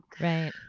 Right